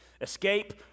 Escape